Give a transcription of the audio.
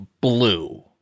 blue